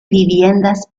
viviendas